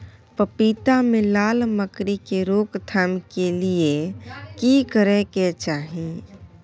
पपीता मे लाल मकरी के रोक थाम के लिये की करै के चाही?